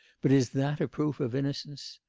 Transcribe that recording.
but is that a proof of innocence?